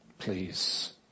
please